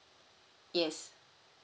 yes